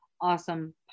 awesome